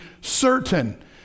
certain